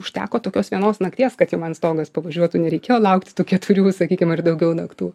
užteko tokios vienos nakties kad jau man stogas pavažiuotų nereikėjo laukt tų keturių sakykim ar daugiau naktų